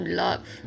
love